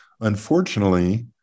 Unfortunately